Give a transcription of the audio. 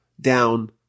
down